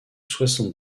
soixante